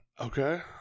Okay